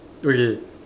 okay